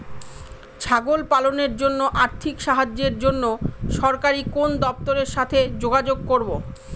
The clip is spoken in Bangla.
ছাগল পালনের জন্য আর্থিক সাহায্যের জন্য সরকারি কোন দপ্তরের সাথে যোগাযোগ করব?